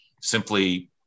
simply